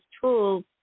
tools